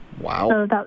wow